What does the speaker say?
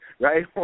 right